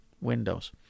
windows